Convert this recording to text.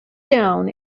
down